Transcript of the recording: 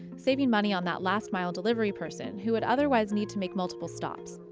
saving money on that last-mile delivery person who would otherwise need to make multiple stops.